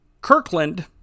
Kirkland